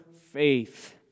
faith